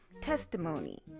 testimony